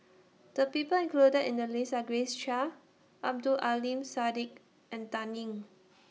The People included in The list Are Grace Chia Abdul Aleem Siddique and Dan Ying